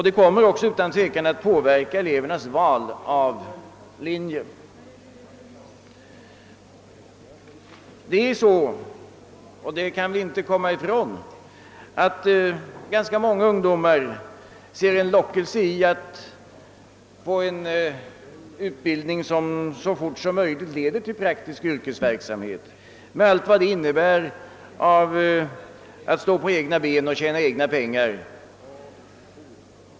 Det kommer också utan tvivel att påverka elevernas val av linje. Vi kan inte komma ifrån att ganska många ungdomar ser en lockelse i att få en utbildning, som så fort som möjiligt leder till praktisk yrkesverksamhet med allt vad det innebär av att stå på egna ben och tjäna egna pengar.